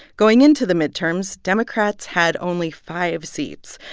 going into the midterms, democrats had only five seats,